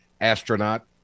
astronaut